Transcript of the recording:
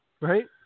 Right